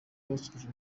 basoje